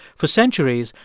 for centuries,